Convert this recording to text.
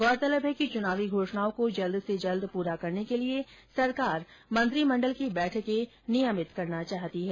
गौरतलब है कि चुनावी घोषणाओं को जल्द से जल्द पूरा करने के लिये सरकार मंत्रीमंडल की बैठकें नियमित करना चाहती है